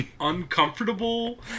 uncomfortable